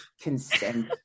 Consent